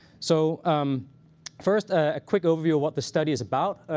so um first, a quick overview of what the study is about.